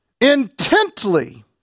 intently